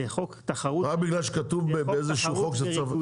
רק בגלל שכתוב באיזשהו חוק שצריך?